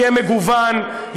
יהיה מגוון,